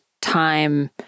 time